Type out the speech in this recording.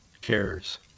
cares